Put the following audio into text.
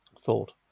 thought